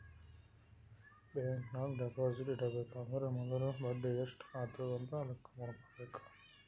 bank ನಾಗ್ deposit ಇಡಬೇಕ ಅಂದುರ್ ಮೊದುಲ ಬಡಿ ಎಸ್ಟ್ ಆತುದ್ ಅಂತ್ ಲೆಕ್ಕಾ ಮಾಡ್ಕೋಬೇಕ